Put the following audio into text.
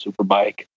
Superbike